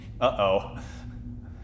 Uh-oh